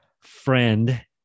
friend